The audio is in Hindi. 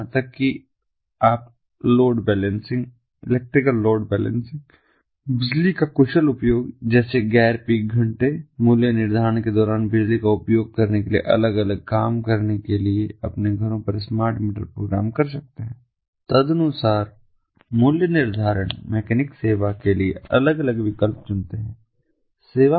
यहां तक कि आप load balancing electrical load balancing बिजली का कुशल उपयोग जैसे गैर पीक घंटे मूल्य निर्धारण के दौरान बिजली का उपयोग करने के लिए अलग अलग काम करने के लिए अपने घरों पर स्मार्ट मीटर प्रोग्राम कर सकते हैं तदनुसार मूल्य निर्धारण मैकेनिक सेवा के लिए अलग अलग विकल्प चुनते हैं